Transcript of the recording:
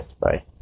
Bye